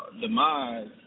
demise